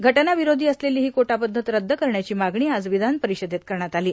षटना विरोषी असलेली ही कोटा पद्धत रद्द करण्याची मागणी आज विधानरिषदेत करण्यात आली